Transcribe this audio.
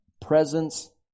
presence